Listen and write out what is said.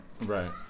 right